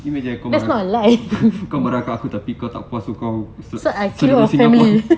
imagine kau kau marah kat aku tapi kau tak puas lepas tu seluruh singapore